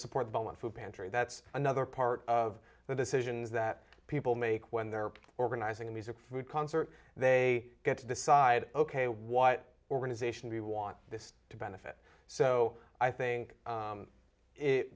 support beaumont food pantry that's another part of the decisions that people make when they're organizing a music food concert they get to decide ok what organization we want this to benefit so i think